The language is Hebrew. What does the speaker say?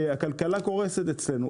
שהכלכלה קורסת אצלנו,